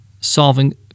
solving